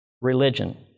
religion